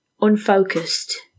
Unfocused